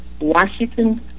washington